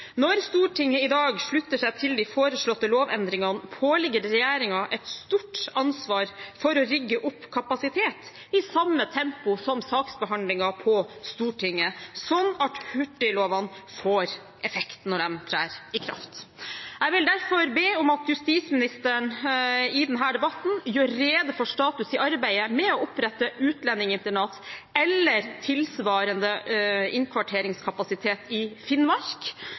Når Stortinget i dag slutter seg til de foreslåtte lovendringene, påligger det regjeringen et stort ansvar for å rigge opp kapasitet i samme tempo som saksbehandlingen på Stortinget, slik at hurtiglovene får effekt når de trer i kraft. Jeg vil derfor be om at justisministeren i denne debatten gjør rede for status i arbeidet med å opprette utlendingsinternat eller tilsvarende innkvarteringskapasitet i Finnmark.